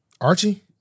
Archie